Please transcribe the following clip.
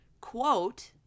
quote